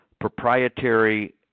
proprietary